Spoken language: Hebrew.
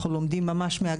אנחנו לומדים ממש,